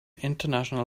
international